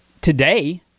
today